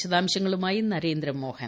വിശദാംശങ്ങളുമായി നരേന്ദ്രമോഹൻ